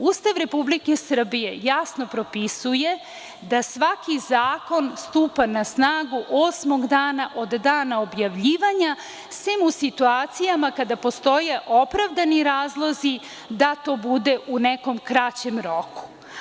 Ustav Republike Srbije jasno propisuje da svaki zakon stupa na snagu osmog dana od dana objavljivanja, sem u situacijama kada postoje opravdani razlozi da to bude u nekom kraćem roku.